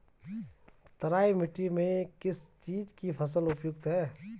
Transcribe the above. तराई मिट्टी में किस चीज़ की फसल उपयुक्त है?